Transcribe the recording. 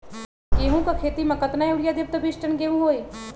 गेंहू क खेती म केतना यूरिया देब त बिस टन गेहूं होई?